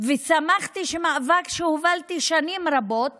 ושמחתי שמאבק שהובלתי שנים רבות